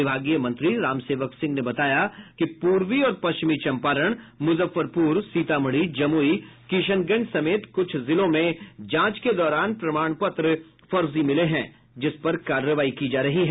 विभागीय मंत्री रामसेवक सिंह ने बताया कि पूर्वी और पश्चिमी चंपारण मुजफ्फरपुर सीतामढ़ी जमुई किशनगंज समेत कुछ जिलों में जांच के दौरान प्रमाण पत्र फर्जी मिले हैं जिस पर कार्रवाई की जा रही है